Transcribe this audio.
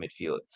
midfield